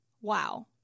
wow